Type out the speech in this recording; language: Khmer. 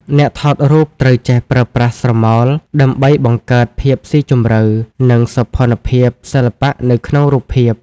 អ្នកថតរូបត្រូវចេះប្រើប្រាស់ស្រមោល ដើម្បីបង្កើតភាពស៊ីជម្រៅ និងសោភ័ណភាពសិល្បៈនៅក្នុងរូបភាព។